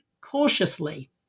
cautiously